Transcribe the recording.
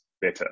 better